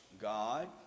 God